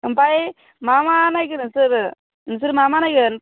आमफाय मा मा नायगोन नोंसोरो नोंसोर मामा नायगोन